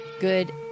good